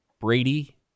Brady